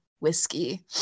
whiskey